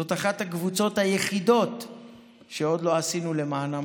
זאת אחת הקבוצות היחידות שעוד לא עשינו למענה משהו.